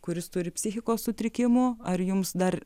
kuris turi psichikos sutrikimų ar jums dar